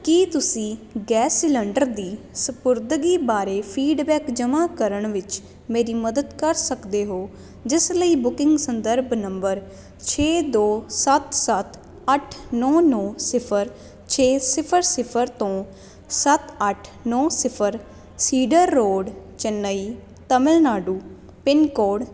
ਕੀ ਤੁਸੀਂ gas cylinder ਦੀ ਸਪੁਰਦਗੀ ਬਾਰੇ ਫੀਡਬੈਕ ਜਮ੍ਹਾਂ ਕਰਨ ਵਿੱਚ ਮੇਰੀ ਮਦਦ ਕਰ ਸਕਦੇ ਹੋ ਜਿਸ ਲਈ ਬੁਕਿੰਗ ਸੰਦਰਭ ਨੰਬਰ ਛੇ ਦੋ ਸੱਤ ਸੱਤ ਅੱਠ ਨੌਂ ਨੌਂ ਸਿਫਰ ਛੇ ਸਿਫਰ ਸਿਫਰ ਤੋਂ ਸੱਤ ਅੱਠ ਨੌਂ ਸਿਫਰ cedar road Chennai Tamil Nadu pin code